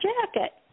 jacket